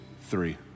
three